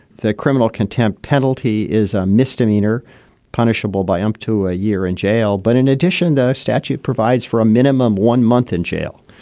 the criminal contempt penalty is a misdemeanor punishable by up to a year in jail. but in addition, the statute provides for a minimum one month in jail,